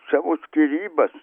savo skyrybas